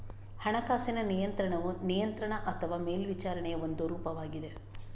ಹಣಕಾಸಿನ ನಿಯಂತ್ರಣವು ನಿಯಂತ್ರಣ ಅಥವಾ ಮೇಲ್ವಿಚಾರಣೆಯ ಒಂದು ರೂಪವಾಗಿದೆ